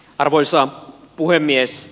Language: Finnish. arvoisa puhemies